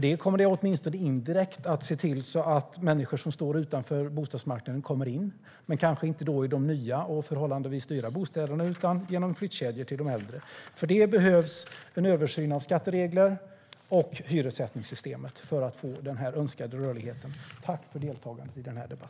Det kommer nämligen åtminstone indirekt att se till att människor som står utanför bostadsmarknaden kommer in, men då kanske inte i de nya och förhållandevis dyra bostäderna utan - genom flyttkedjor - i de äldre. För att få den önskade rörligheten behövs en översyn av skatteregler och hyressättningssystemet.